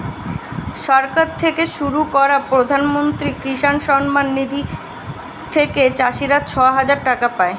সরকার থেকে শুরু করা প্রধানমন্ত্রী কিষান সম্মান নিধি থেকে চাষীরা ছয় হাজার টাকা পায়